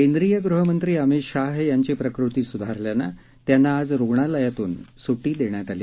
केंद्रीय गृहमंत्री अमित शाह यांची प्रकृती सुधारल्यानं त्यांना आज रुग्णालयातून घरी पाठवण्यात आलं